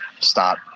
stop